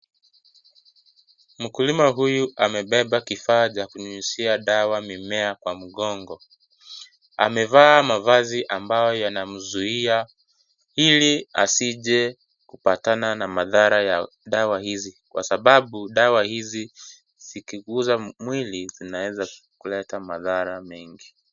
Mkulima huyu amebeba kifaa cha kunyunyiza dawa mimea Kwa mkongo ,amevaa mavazi ambayo yanamzuia ili asije kupatana na madhara ya dawa hizi Kwa sababu dawa hizi zikiguza mwili zinaeza kuleta madhara mingi.